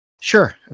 Sure